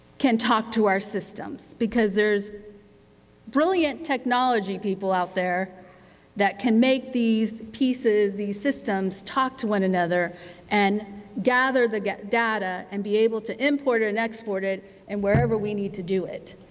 can talk to our systems, because there's brilliant technology people out there that can make these pieces, these systems talk to one another and gather the data and be able to import and export it and wherever we need to do it,